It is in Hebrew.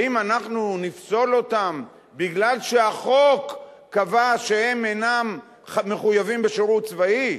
האם אנחנו נפסול אותם בגלל שהחוק קבע שהם אינם מחויבים בשירות צבאי?